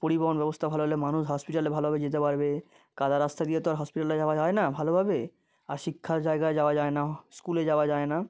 পরিবহণ ব্যবস্থা ভালো হলে মানুষ হসপিটালে ভালোভাবে যেতে পারবে কাদা রাস্তা দিয়ে তো আর হসপিটালে যাওয়া যায় না ভালোভাবে আর শিক্ষার জায়গায় যাওয়া যায় না স্কুলে যাওয়া যায় না